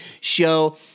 show